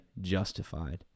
Justified